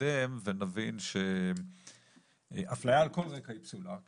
שנתקדם ונבין שאפליה על כל רקע היא פסולה,